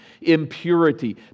impurity